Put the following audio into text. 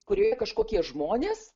kurioje kažkokie žmonės